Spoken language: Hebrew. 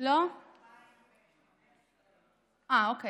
לא 2015, אני חושבת 2018, 2019 אפילו.